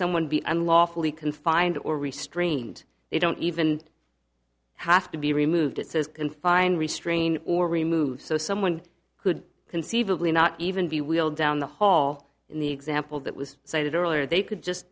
someone be unlawfully confined or restrained they don't even have to be removed it says confine restrain or remove so someone could conceivably not even be wheeled down the hall in the example that was cited earlier they could just